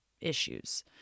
issues